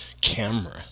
camera